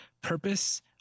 purpose